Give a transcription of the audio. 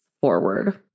forward